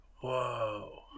Whoa